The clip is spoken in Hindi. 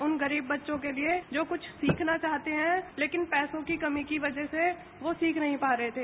उन गरीब बच्चों के लिए जो कुछ सीखना चाहते हैं लेकिन पैसों की कमी की वजह से सीख नहीं पा रहे हैं